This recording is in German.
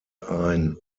ein